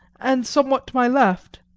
and somewhat to my left,